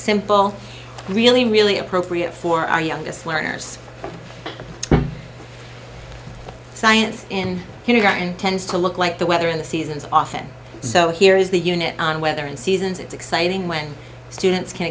simple really really appropriate for our youngest learners science in here and tends to look like the weather in the seasons often so here is the unit on weather and seasons it's exciting when students can